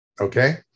Okay